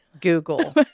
Google